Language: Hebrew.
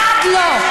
אחד לא.